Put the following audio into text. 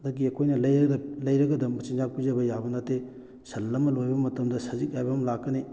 ꯑꯗꯒꯤ ꯑꯩꯈꯣꯏꯅ ꯂꯩꯔꯒꯗ ꯃꯆꯤꯟꯖꯥꯛ ꯄꯤꯖꯕ ꯌꯥꯕ ꯅꯠꯇꯦ ꯁꯟ ꯑꯃ ꯂꯣꯏꯕ ꯃꯇꯝꯗ ꯁꯖꯤꯛ ꯍꯥꯏꯕ ꯑꯃ ꯂꯥꯛꯀꯅꯤ